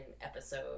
episode